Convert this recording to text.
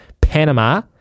Panama